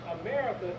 America